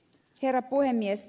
herra puhemies